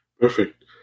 Perfect